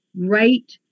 right